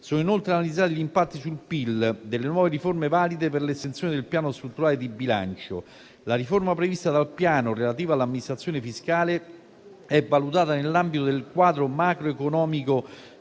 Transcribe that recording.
Sono inoltre analizzati gli impatti sul PIL delle nuove riforme valide per l'estensione del Piano strutturale di bilancio. La riforma prevista dal Piano relativa all'amministrazione fiscale è valutata nell'ambito del quadro macroeconomico